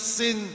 sin